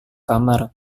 kamar